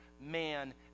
man